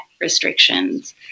restrictions